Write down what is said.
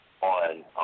on